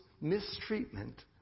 mistreatment